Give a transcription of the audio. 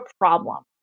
problem